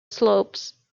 slopes